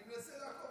אני מנסה לעקוב,